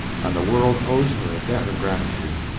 and the world owes her a debt of gratitude.